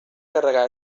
carregar